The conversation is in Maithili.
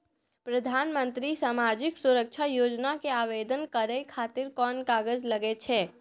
प्रधानमंत्री समाजिक सुरक्षा योजना के आवेदन करै खातिर कोन कागज लागै छै?